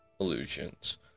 illusions